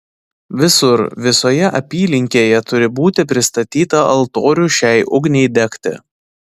visur visoje apylinkėje turi būti pristatyta altorių šiai ugniai degti